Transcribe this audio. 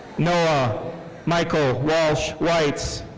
noah michael walsh weitz.